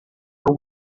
are